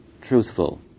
truthful